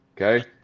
Okay